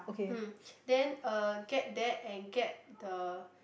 mm then uh get that and get the